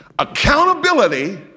Accountability